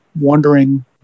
wondering